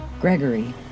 Gregory